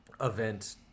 event